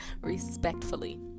respectfully